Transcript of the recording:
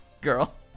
girl